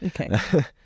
Okay